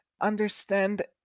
understand